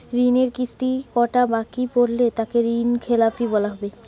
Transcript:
ঋণের কিস্তি কটা বাকি পড়লে তাকে ঋণখেলাপি বলা হবে?